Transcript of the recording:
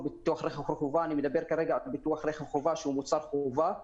והכול בתנאי כמובן שיהיה קורס מסודר למשרד התחבורה.